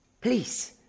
Please